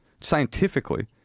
scientifically